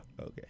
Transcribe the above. Okay